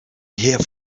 here